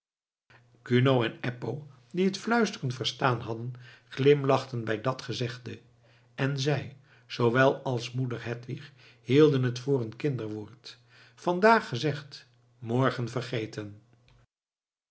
kuno en eppo die het fluisteren verstaan hadden glimlachten bij dat gezegde en zij zoowel als moeder hedwig hielden het voor een kinderwoord vandaag gezegd morgen vergeten